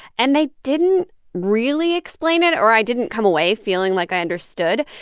and they didn't really explain it, or i didn't come away feeling like i understood.